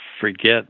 forget